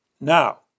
Now